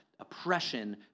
Oppression